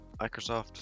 Microsoft